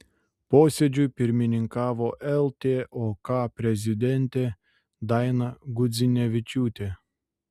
posėdžiui pirmininkavo ltok prezidentė daina gudzinevičiūtė